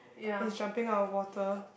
it's jumping on water